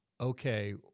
Okay